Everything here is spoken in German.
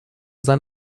sein